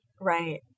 right